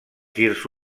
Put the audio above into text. girs